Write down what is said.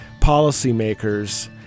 policymakers